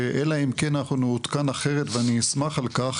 אלא אם כן אנחנו נעודכן אחרת ואני אשמח על כך,